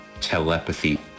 telepathy